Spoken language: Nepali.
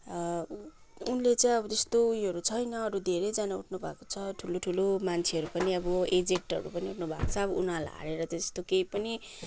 उनले चाहिँ अब त्यस्तो उयोहरू छैन अरू धेरैजना उठ्नुभएको छ ठुलो ठुलो मान्छेहरू पनि अब एजेटहरू पनि उठ्नुभएको छ उनीहरूलाई हालेर त त्यस्तो केही पनि